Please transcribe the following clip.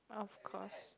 of course